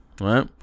right